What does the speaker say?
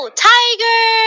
,tiger